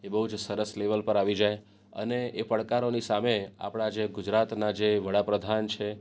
એ બહુ જ સરસ લેવલ પર આવી જાય અને એ પડકારોની સામે આપણા જે ગુજરાતના જે વડાપ્રધાન છે